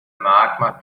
magma